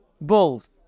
bulls